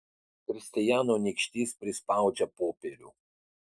kristijano nykštys prispaudžia popierių